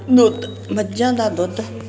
ਦੁੱਧ ਮੱਝਾਂ ਦਾ ਦੁੱਧ